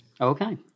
Okay